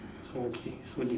okay so different